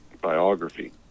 biography